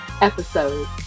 episode